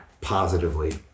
positively